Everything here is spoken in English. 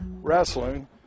Wrestling